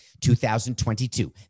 2022